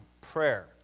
prayer